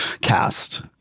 cast